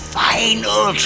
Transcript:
final